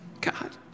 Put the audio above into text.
God